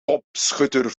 topschutter